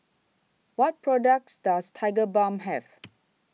What products Does Tigerbalm Have